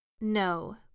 No